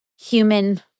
human